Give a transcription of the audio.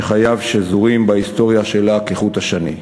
שחייו שזורים בהיסטוריה שלה כחוט השני.